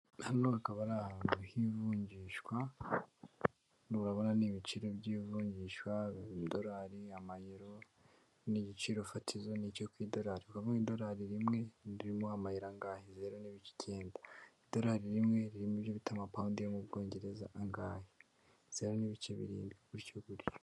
Hano hakaba ari ahantu h'ivunjishwa nurabona n'ibiciro by'ivunjishadorari amayero n'igiciro fatizo ni icyo kwidorarwamo idolari rimwebimuha amayi angahezera n'ibigenda idorari rimwe ririmo ibyo bituma band yo mu bwongereza angahe zi ni ibice birindwi gutyo gurya.